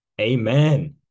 amen